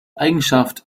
eigenschaft